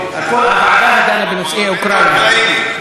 הוועדה הדנה בנושאי אוקראינה.